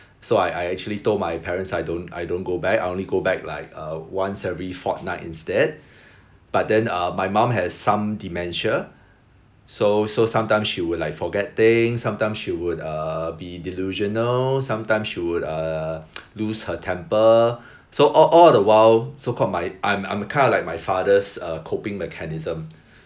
so I I actually told my parents I don't I don't go back I only go back like uh once every fortnight instead but then uh my mum has some dementia so so sometimes she would like forget things sometimes she would err be delusional sometimes she would err lose her temper so all all the while so called my I'm I'm kind of like my father's uh coping mechanism